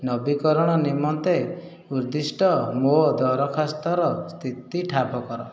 ନବୀକରଣ ନିମନ୍ତେ ଉଦ୍ଦିଷ୍ଟ ମୋ ଦରଖାସ୍ତର ସ୍ଥିତି ଠାବ କର